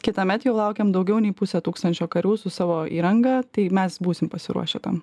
kitąmet jau laukiam daugiau nei pusė tūkstančio karių su savo įranga tai mes būsim pasiruošę tam